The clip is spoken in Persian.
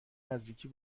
نزدیکی